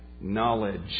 knowledge